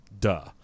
duh